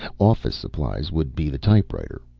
office supplies would be the typewriter.